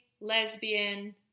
lesbian